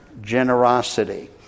generosity